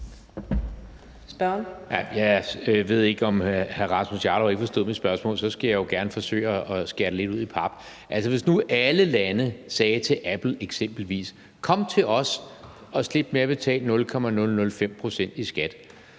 sige, at alle lande sagde til eksempelvis Apple: Kom til os, og slip med at betale 0,005 pct. i skat.